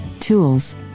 tools